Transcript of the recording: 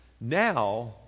Now